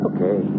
Okay